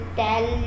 tell